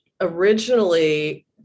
originally